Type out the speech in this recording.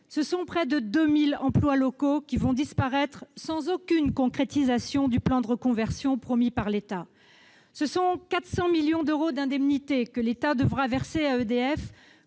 ce sont près de 2 000 emplois locaux qui vont disparaître, sans aucune concrétisation du plan de reconversion promis par l'État ; ce sont 400 millions d'euros d'indemnités que l'État devra verser à EDF,